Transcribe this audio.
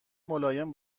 ملایم